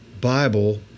Bible